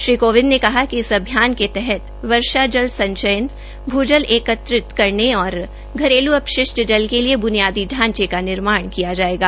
श्री कोविंद ने कहा कि इस अभियान के तहत वर्षा जल संचयन भूजल एकत्र करने और घरेलू अपशिष्ट जल के लिए बुनियादी शांचे का निर्माण किया जाएगा